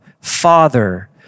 Father